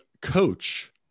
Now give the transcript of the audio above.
coach